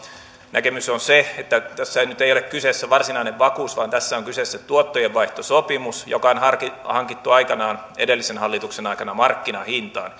näkemys on se että tässä nyt ei ole kyseessä varsinainen vakuus vaan tässä on kyseessä tuottojenvaihtosopimus joka on hankittu aikoinaan edellisen hallituksen aikana markkinahintaan